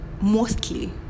mostly